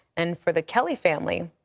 and for the kelly family,